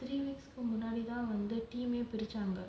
two weeks முன்னாடி தான்:munnaadi thaan team eh பிரிச்சாங்க:pirichaanga